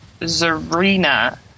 zarina